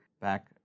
back